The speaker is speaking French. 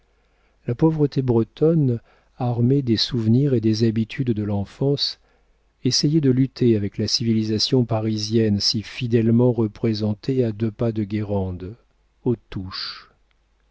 la pauvreté bretonne armée des souvenirs et des habitudes de l'enfance essayait de lutter avec la civilisation parisienne si fidèlement représentée à deux pas de guérande aux touches